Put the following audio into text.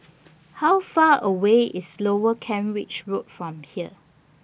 How Far away IS Lower Kent Ridge Road from here